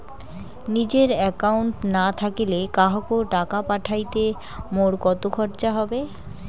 নিজের একাউন্ট না থাকিলে কাহকো টাকা পাঠাইতে মোর কতো খরচা হবে?